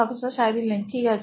professor ঠিক আছে